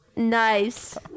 Nice